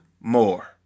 more